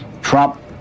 Trump